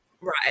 Right